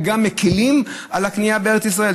וגם מקילות על הקנייה בארץ ישראל.